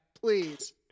please